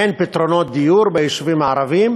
אין פתרונות דיור ביישובים הערביים,